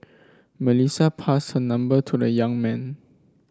Melissa passed her number to the young man